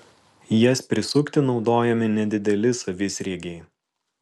jas prisukti naudojami nedideli savisriegiai